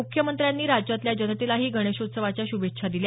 मुख्यमंत्र्यांनी राज्यातल्या जनतेलाही गणेशोत्सवाच्या शुभेच्छा दिल्या